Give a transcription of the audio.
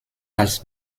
als